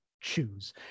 choose